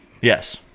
Yes